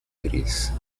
gris